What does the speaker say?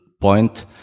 point